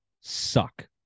suck